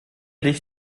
dich